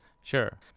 Sure